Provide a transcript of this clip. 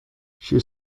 she